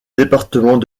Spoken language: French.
département